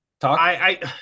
Talk